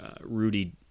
rudy